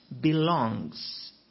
belongs